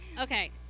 okay